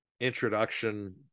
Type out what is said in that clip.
introduction